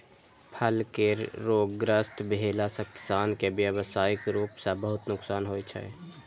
फल केर रोगग्रस्त भेला सं किसान कें व्यावसायिक रूप सं बहुत नुकसान होइ छै